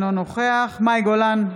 אינו נוכח מאי גולן,